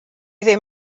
ddim